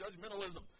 judgmentalism